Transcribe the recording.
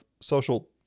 social